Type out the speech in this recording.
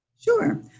Sure